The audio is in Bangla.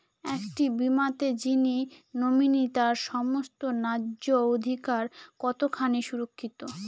একটি বীমাতে যিনি নমিনি তার সমস্ত ন্যায্য অধিকার কতখানি সুরক্ষিত?